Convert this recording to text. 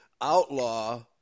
outlaw